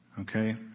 okay